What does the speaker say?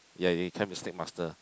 ya you become the snake master